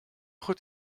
goed